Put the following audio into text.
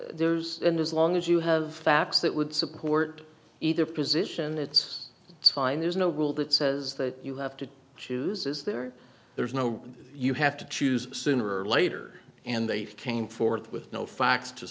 theirs and as long as you have facts that would support either position it's fine there's no rule that says that you have to choose is there there is no you have to choose sooner or later and they came forth with no facts to